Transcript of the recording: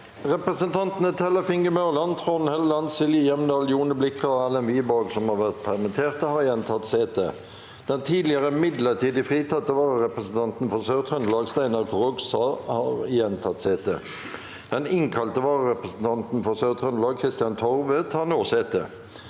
Representantene Tellef Inge Mørland, Trond Helleland, Silje Hjemdal, Jone Blikra og Erlend Wiborg, som har vært permitterte, har igjen tatt sete. Den tidligere midlertidig fritatte vararepresentanten for Sør-Trøndelag, Steinar Krogstad, har igjen tatt sete. Den innkalte vararepresentanten for Sør-Trøndelag, Kristian Torve, tar nå sete.